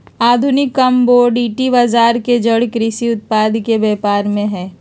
आधुनिक कमोडिटी बजार के जड़ कृषि उत्पाद के व्यापार में हइ